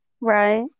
Right